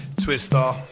Twister